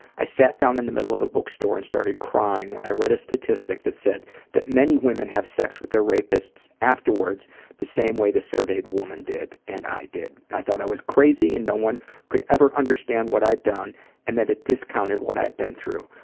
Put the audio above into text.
i sat down in the middle of a book store and started crying when i read a statistic that said that many women have sex with their rapists afterwards the same way the surveyed woman did and i did. i thought i was crazy and no one could ever understand what i had done and that it discounted what i had been through.